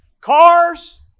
Cars